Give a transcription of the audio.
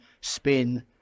spin